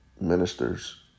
ministers